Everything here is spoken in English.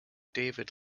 david